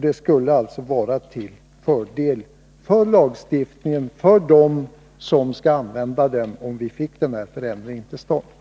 Det skulle alltså vara till fördel, t.ex. för dem som skall använda lagstiftningen, om vi fick denna förändring till stånd.